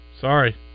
Sorry